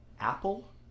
apple